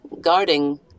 guarding